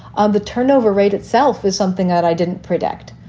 on the turnover rate itself is something that i didn't predict.